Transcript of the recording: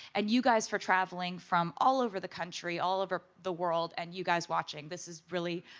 and you guys for traveling from all over the country, all over the world, and you guys watching. this is really.